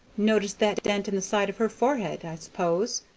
noticed that dent in the side of her forehead, i s'pose?